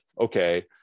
okay